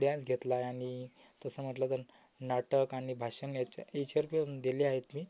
dance घेतलाय आणि तसं म्हटलं तर नाटक आणि भाषण याच्या याच्यावर पण दिले आहेत मी